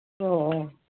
ꯑꯣ ꯑꯣ